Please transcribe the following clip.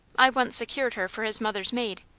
i once secured her for his mother's maid.